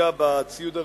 בציוד הרפואי: